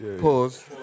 Pause